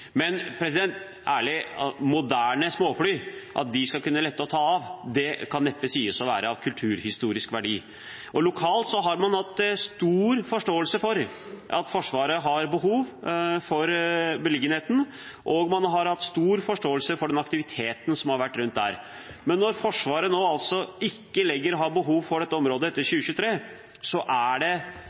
Men ærlig talt, at moderne småfly skal kunne lette og ta av, kan neppe sies å være av kulturhistorisk verdi. Lokalt har man hatt stor forståelse for at Forsvaret har behov for beliggenheten, og man har hatt stor forståelse for den aktiviteten som har vært der. Men når Forsvaret nå ikke lenger har behov for dette området etter 2023, er det